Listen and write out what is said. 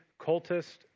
cultist